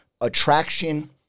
attraction